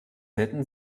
hätten